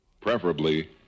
preferably